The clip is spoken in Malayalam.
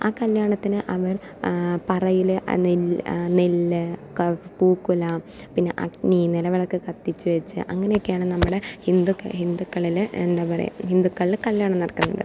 ആ കല്യാണത്തിന് അവർ പറയിലെ നെല് നെല്ല് ക പൂക്കുല പിന്നെ അഗ്നി നിലവിളക്ക് കത്തിച്ചു വച്ച് അങ്ങനെയൊക്കെയാണ് നമ്മുടെ ഹിന്ദു ഹിന്ദുക്കളിലെ എന്താ പറയാ ഹിന്ദുക്കള് കല്യാണം നടക്കുന്നത്